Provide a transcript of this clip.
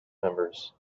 members